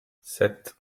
sept